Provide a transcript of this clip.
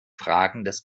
fragendes